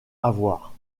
avoir